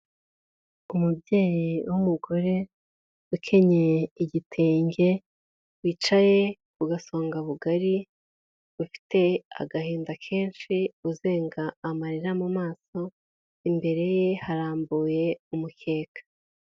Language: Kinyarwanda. Umubyeyi w'umugore ukenyeye igitenge wicaye ku gasongabugari, ufite agahinda kenshi uzenga amarira mu maso, imbere ye harambuye umukeka.